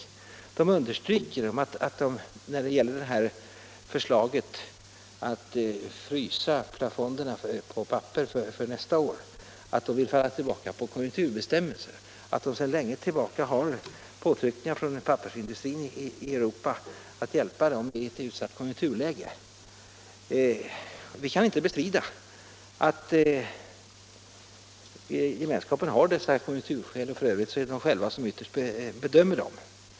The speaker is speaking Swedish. Kommissionen understryker att den, när det gäller förslaget att frysa pappersplafonderna för nästa år, vill falla tillbaka på konjunkturbestämmelser och att kommissionen sedan lång tid är utsatt för påtryckningar från pappersindustrin i Europa om att hjälpa den i ett utsatt konjunkturläge. Vi kan inte bestrida att gemenskapen har dessa konjunkturskäl, vilka kommissionen f.ö. ytterst bedömer själv.